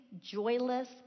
joyless